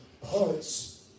parts